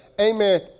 Amen